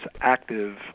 active